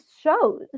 shows